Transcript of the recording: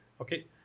Okay